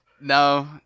No